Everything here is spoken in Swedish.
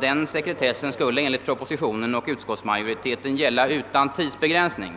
Den sekretessen skulle enligt propositionen och utskottsmajoriteten gälla utan tidsbegränsning.